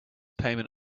payment